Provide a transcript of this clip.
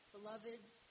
Beloveds